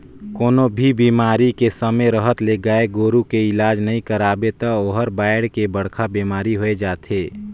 कोनों भी बेमारी के समे रहत ले गाय गोरु के इलाज नइ करवाबे त ओहर बायढ़ के बड़खा बेमारी होय जाथे